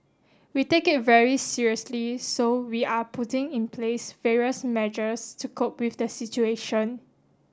we take it very seriously so we are putting in place various measures to cope with the situation